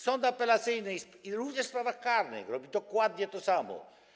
Sąd apelacyjny również w sprawach karnych robi dokładnie to samo.